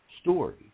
story